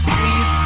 please